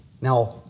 Now